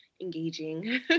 engaging